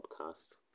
podcasts